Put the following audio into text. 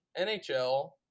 NHL